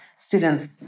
students